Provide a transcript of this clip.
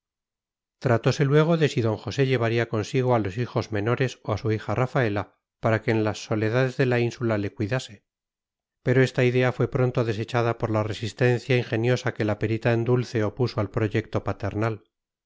tratose luego de si d josé llevaría consigo a los hijos menores o a su hija rafaela para que en las soledades de la ínsula le cuidase pero esta idea fue pronto desechada por la resistencia ingeniosa que la perita en dulce opuso al proyecto paternal